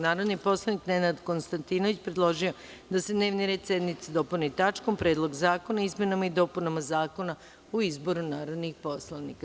Narodni poslanik Nenad Konstantinović predložio je da se dnevni red sednice dopuni tačkom – Predlog zakona o izmenama i dopunama Zakona o izboru narodnih poslanika.